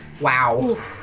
Wow